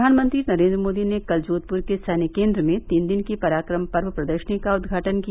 प्रधानमंत्री नरेन्द्र मोदी ने कल जोधपुर के सैन्य केन्द्र में तीन दिन की पराक्रम पर्व प्रदर्शनी का उद्घाटन किया